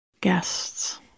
guests